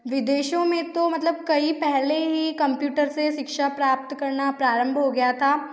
विदेशों में तो मतलब कई पहले ही कम्प्यूटर से शिक्षा प्राप्त करना प्रारंभ हो गया था